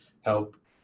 help